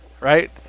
right